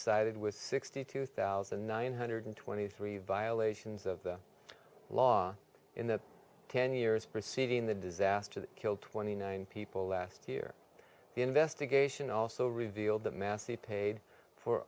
cited with sixty two thousand nine hundred twenty three violations of the law in the ten years preceding the disaster that killed twenty nine people last year the investigation also revealed that massey paid for